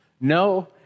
No